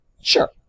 Sure